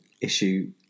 issue